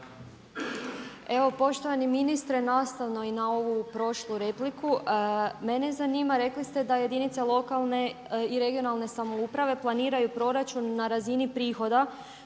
Evo poštovani ministre nastavno i na ovu prošlu repliku, mene zanima, rekli ste da jedinica lokalne i regionalne samouprave planiraju proračun na razini prihoda